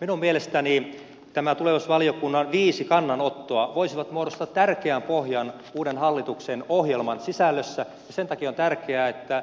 minun mielestäni nämä tulevaisuusvaliokunnan viisi kannanottoa voisivat muodostaa tärkeän pohjan uuden hallituksen ohjelman sisällössä ja sen takia on tärkeää että